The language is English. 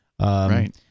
Right